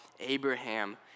Abraham